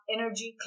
Energy